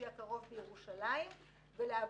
דבר שני, אני קוראת למשטרה.